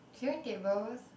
clearing tables